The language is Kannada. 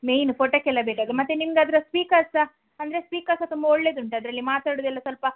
ಮೇಯ್ನ್ ಫೊಟೊಕ್ಕೆಲ್ಲ ಬೇಕಾಗಿ ಮತ್ತು ನಿಮಗದ್ರ ಸ್ಪೀಕರ್ ಸಹ ಅಂದರೆ ಸ್ಪೀಕರ್ ಸಹ ತುಂಬ ಒಳ್ಳೆದುಂಟದರಲ್ಲಿ ಮಾತಾಡುವುದೆಲ್ಲ ಸ್ವಲ್ಪ